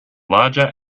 larger